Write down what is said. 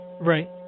Right